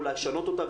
או לשנות אותה,